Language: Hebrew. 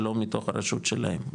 שלא מתוך הרשות שלהם,